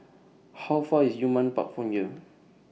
How Far IS Yunnan Park from here